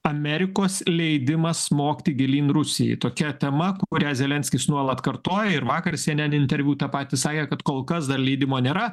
amerikos leidimas smogti gilyn rusijai tokia tema kurią zelenskis nuolat kartoja ir vakar cnn interviu tą patį sakė kad kol kas dar leidimo nėra